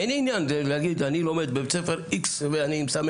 אין עניין להגיד אני לומד בבית ספר X ואני מסמן